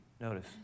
notice